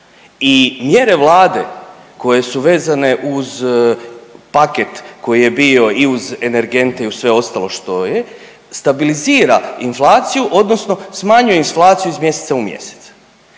i mjere Vlade koje su vezane uz paket koji je bio i uz energente i uz sve ostalo što je, stabilizira inflaciju odnosno smanjuje inflaciju iz mjeseca u mjesec.